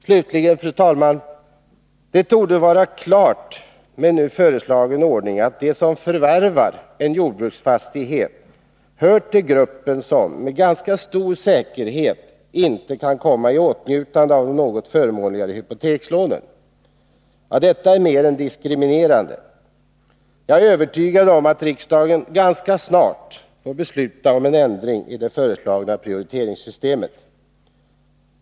Slutligen, fru talman, torde det vara klart att med den nu föreslagna ordningen kommer de som förvärvar en jordbruksfastighet att höra till den grupp som med ganska stor säkerhet inte kan komma i åtnjutande av de något förmånligare hypotekslånen. Detta är mer än diskriminerande. Enligt min övertygelse bör riksdagen ganska snart besluta om en ändring i det föreslagna prioriteringssystemet.